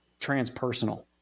transpersonal